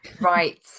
Right